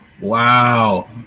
Wow